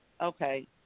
okay